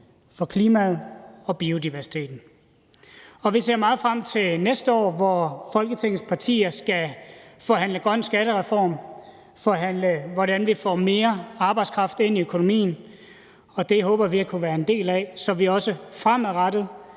for klimaet og biodiversiteten. Vi ser meget frem til næste år, hvor Folketingets partier skal forhandle grøn skattereform, forhandle, hvordan vi får mere arbejdskraft ind i økonomien, og det håber vi at kunne være en del af, så vi også fremadrettet